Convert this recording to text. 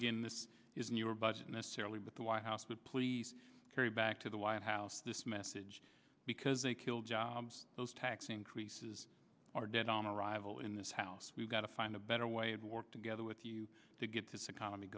again this isn't your budget necessarily but the white house would please carry back to the white house this message because they kill jobs those tax increases are dead on arrival in this house we've got to find a better way and work together with you to get t